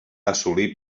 assolir